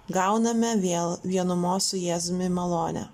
gauname vėl vienumos su jėzumi malonę